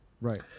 Right